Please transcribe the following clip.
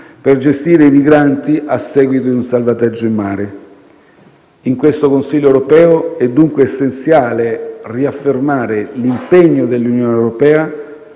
per gestire i migranti a seguito di un salvataggio in mare. In questo Consiglio europeo è dunque essenziale riaffermare l'impegno dell'Unione europea